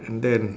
and then